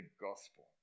gospel